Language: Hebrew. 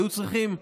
היו צריכים,